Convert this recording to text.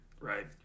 right